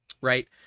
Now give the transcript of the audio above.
right